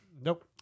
nope